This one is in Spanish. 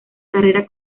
carrera